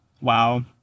Wow